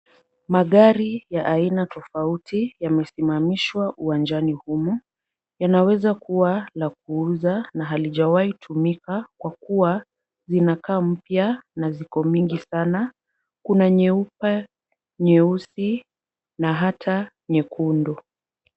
Magari ya aina tofauti yamesimamishwa uwanjani humo. Yanaweza kuwa la kuuza na halijawia tumika, kwa kuwa zinakaa mpya na ziko mingi sana. Kuna nyeupe, nyeusi na hata nyekundu.